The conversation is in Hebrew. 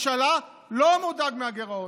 לא היה כלום כי אין כלום.